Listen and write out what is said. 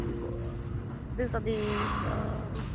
दूइ सए बीस ओ